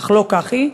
אך לא כך היא,